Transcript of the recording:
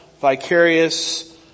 vicarious